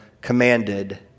commanded